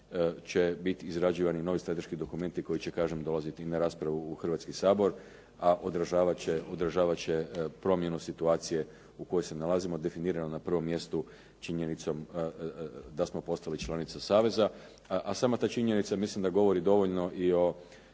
će biti izrađivani novi strateški dokumenti koji će kažem dolaziti i na raspravu u Hrvatski sabor, a odražavat će promjenu situacije u kojoj se nalazimo, definirano na prvom mjestu činjenicom da smo postali članica saveza. A sama ta činjenica mislim da govori dovoljno i o